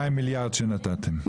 כפול 52 מיליארד שנתתם,